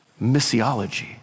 missiology